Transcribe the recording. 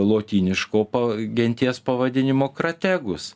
lotyniško pa genties pavadinimo krategus